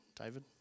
David